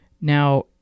Now